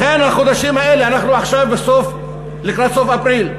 לכן החודשים האלה, אנחנו עכשיו לקראת סוף אפריל,